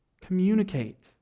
Communicate